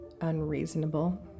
unreasonable